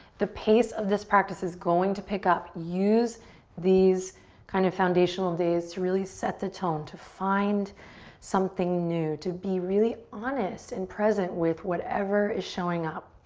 the pace of this practice is going to pick up. use these kind of foundational days to really set the tone, to find something new, to be really honest and present with whatever is showing up.